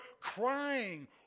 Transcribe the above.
crying